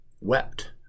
wept